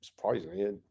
surprisingly